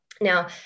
Now